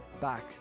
back